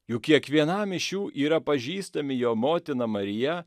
juk kiekvienam iš jų yra pažįstami jo motina marija